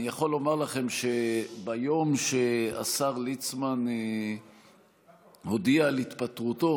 אני יכול לומר לכם שביום שהשר ליצמן הודיע על התפטרותו